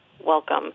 welcome